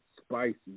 spicy